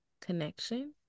connection